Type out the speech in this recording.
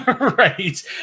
right